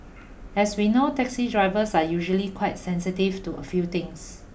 as we know taxi drivers are usually quite sensitive to a few things